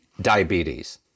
diabetes